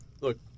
Look